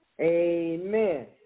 Amen